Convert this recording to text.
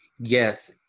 yes